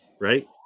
right